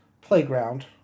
playground